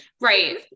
Right